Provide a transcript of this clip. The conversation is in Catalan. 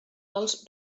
els